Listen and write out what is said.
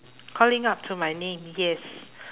calling up to my name yes